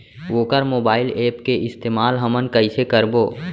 वोकर mobile app के इस्तेमाल हमन कइसे करबो?